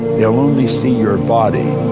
they'll only see your body,